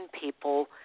people